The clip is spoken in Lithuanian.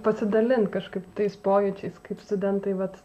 pasidalint kažkaip tais pojūčiais kaip studentai vat